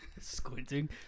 Squinting